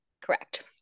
Correct